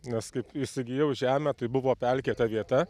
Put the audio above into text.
nes kaip įsigijau žemę tai buvo pelkėta vieta